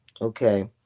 Okay